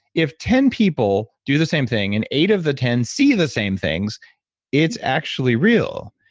if ten people do the same thing and eight of the ten see the same things it's actually real.